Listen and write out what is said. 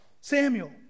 Samuel